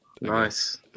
nice